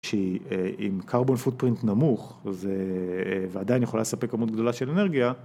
שהיא עם carbon footprint נמוך ועדיין יכולה לספק כמות גדולה של אנרגיה